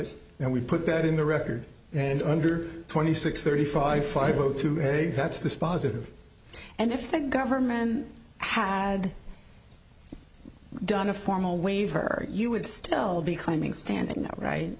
it and we put that in the record and under twenty six thirty five five zero two that's this positive and if the government had done a formal waiver you would still be claiming standing right